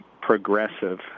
progressive